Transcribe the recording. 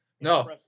no